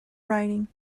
writing